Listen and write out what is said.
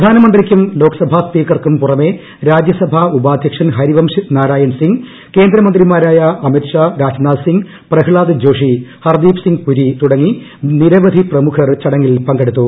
പ്രധാനമന്ത്രിയ്ക്കും ലോക്സഭാ സ്പീക്കർക്കും പുറമേ രാജ്യസഭാ ഉപാധ്യക്ഷൻ ഹരിവംശ് നാരായൻ സിംഗ് കേന്ദ്രമന്ത്രിമാരായ അമിത് ഷാ രാജ്നാഥ് സിംഗ് പ്രഹ്ലാദ് ജോഷി ഹർദീപ് സിംഗ് പുരി തുടങ്ങി നിരവധി പ്രമുഖർ ചടങ്ങിൽ പങ്കെടുത്തു